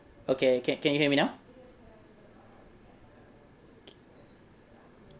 okay can can you hear me now